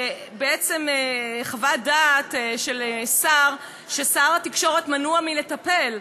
ובעצם חוות דעת של שר, כששר התקשורת מנוע מלטפל,